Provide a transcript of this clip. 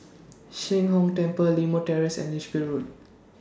Sheng Hong Temple Limau Terrace and Lichfield Road